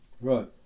right